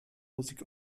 musik